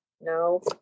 No